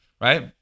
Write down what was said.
right